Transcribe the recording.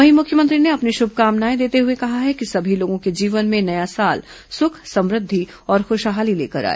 वहीं मुख्यमंत्री ने अपनी श्रभकामनाएं देते हुए कहा है कि सभी लोगों के जीवन में नया साल सुख समृद्धि और खुशहाली लेकर आए